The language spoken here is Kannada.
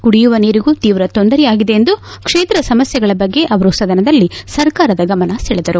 ಕುಡಿಯುವ ನೀರಿಗೂ ತೀವ್ರ ತೊಂದರೆಯಾಗಿದೆ ಎಂದು ಕ್ಷೇತ್ರ ಸಮಸ್ಥೆಗಳ ಬಗ್ಗೆ ಅವರು ಸದನದಲ್ಲಿ ಸರ್ಕಾರದ ಗಮನ ಸೆಳೆದರು